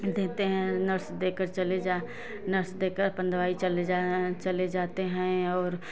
देते हैं नर्स देकर चले जा नर्स देकर अपन दवाई चले जाते हैं और